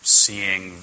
seeing